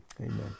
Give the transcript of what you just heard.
Amen